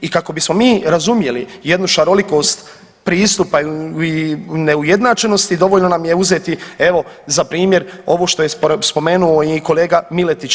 I kako bismo mi razumjeli jednu šarolikost pristupa i neujednačenosti dovoljno nam je uzeti evo za primjer ovo što je spomenuo i kolega Miletić.